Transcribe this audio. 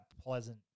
pleasant